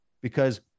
because-